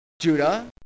Judah